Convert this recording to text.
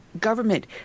government